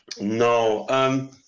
No